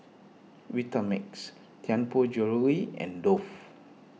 Vitamix Tianpo Jewellery and Dove